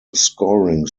scoring